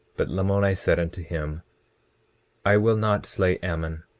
but lamoni said unto him i will not slay ammon,